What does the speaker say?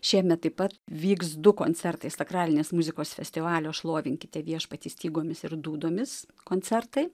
šiemet taip pat vyks du koncertai sakralinės muzikos festivalio šlovinkite viešpatį stygomis ir dūdomis koncertai